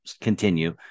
continue